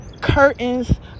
Curtains